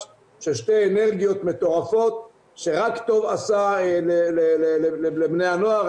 של שתי אנרגיות מטורפות שרק טוב עשה לבני הנוער,